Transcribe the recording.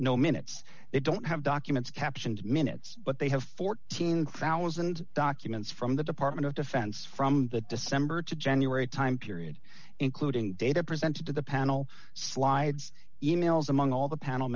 no minutes they don't have documents captioned minutes but they have fourteen thousand dollars documents from the department of defense from that december to january time period including data presented to the panel slides e mails among all the panel